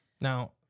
Now